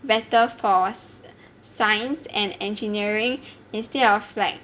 better for science and engineering instead of like